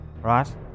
Right